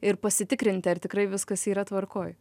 ir pasitikrinti ar tikrai viskas yra tvarkoj